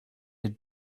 had